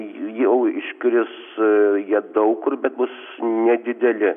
jau iškris jie daug kur bet bus nedideli